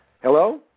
Hello